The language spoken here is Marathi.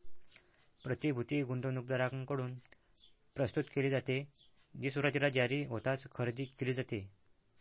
प्रतिभूती गुंतवणूकदारांकडून प्रस्तुत केली जाते, जी सुरुवातीला जारी होताच खरेदी केली जाते